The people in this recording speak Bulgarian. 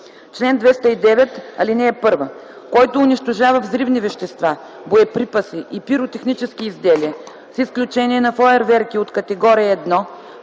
„Чл. 209. (1) Който унищожава взривни вещества, боеприпаси и пиротехнически изделия, с изключение на фойерверки от категория 1,